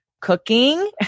cooking